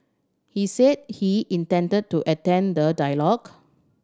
he said he intend to attend the dialogue